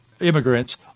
immigrants